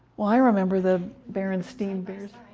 well, i remember the berenstein bears.